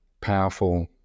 powerful